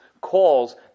calls